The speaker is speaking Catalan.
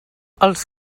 els